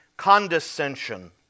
condescension